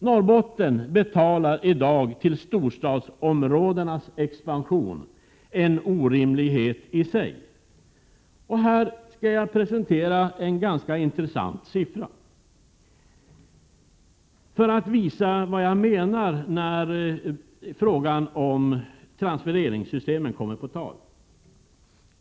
Norrbotten betalar till storstadsområdenas expansion, en orimlighet i sig. Jag skall presentera några ganska intressanta siffror, för att visa vad jag menar när frågan om transfereringssystemen kommer på tal.